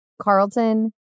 Carlton